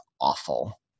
awful